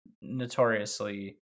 notoriously